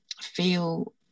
feel